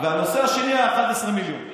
הנושא השני היה 11 מיליון.